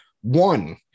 one